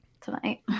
tonight